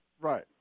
Right